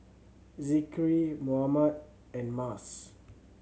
Zikri Muhammad and Mas